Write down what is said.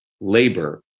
labor